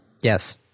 Yes